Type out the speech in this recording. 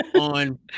on